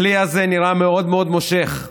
הכלי הזה נראה מאוד מאוד מושך.